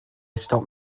stop